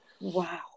Wow